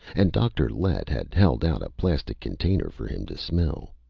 and dr. lett had held out a plastic container for him to smell.